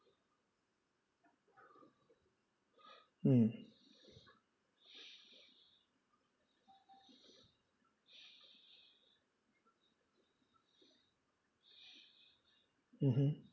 mm mmhmm